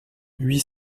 huit